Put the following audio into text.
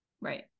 Right